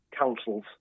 councils